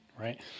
right